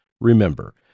Remember